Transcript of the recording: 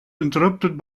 interrupted